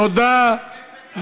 פנסיה,